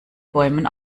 bäumen